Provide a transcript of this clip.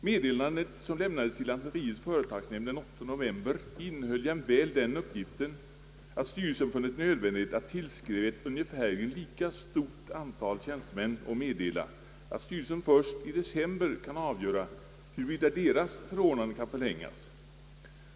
Meddelandet, som lämnades i lantmäteriets företagsnämnd den 8 november, innehöll jämväl den uppgiften att styrelsen funnit nödvändigt att tillskriva ett ungefärligen lika stort antal tjänstemän och meddela, att styrelsen först i december kan avgöra huruvida deras förordnanden kan förlängas.